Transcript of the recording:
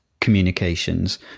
communications